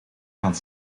gaan